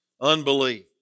Unbelief